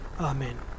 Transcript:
Amen